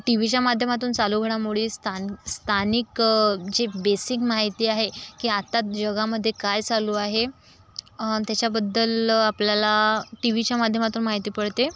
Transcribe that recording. T व्हीच्या माध्यमातून चालू घडामोडी स्थानि स्थानिक जी बेसिक माहिती आहे की आता जगामध्ये काय चालू आहे त्याच्याबद्दल आपल्याला टी व्हीच्या माध्यमातून माहिती पडते